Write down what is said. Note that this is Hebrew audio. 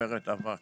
וצוברת אבק.